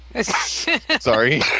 Sorry